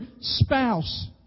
spouse